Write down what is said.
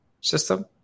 system